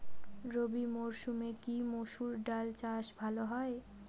রবি মরসুমে কি মসুর ডাল চাষ ভালো হয়?